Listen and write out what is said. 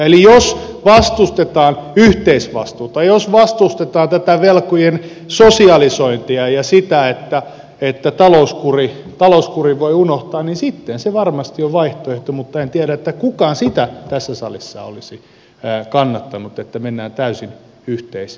jos vastustetaan yhteisvastuuta jos vastustetaan tätä velkojen sosialisointia ja sitä että talouskurin voi unohtaa niin sitten se varmasti on vaihtoehto mutta en tiedä kuka sitä tässä salissa olisi kannattanut että mennään täysin yhteisvastuuseen